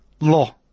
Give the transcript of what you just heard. Law